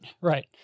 right